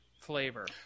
flavor